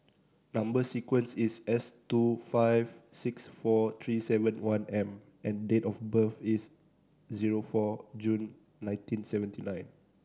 number sequence is S two five six four three seven one M and date of birth is zero four June nineteen seventy nine